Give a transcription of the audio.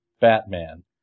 Batman